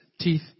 teeth